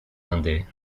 ande